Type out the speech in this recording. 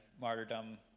martyrdom